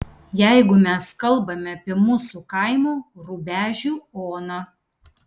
jeigu mes kalbame apie mūsų kaimo rubežių oną